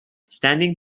standing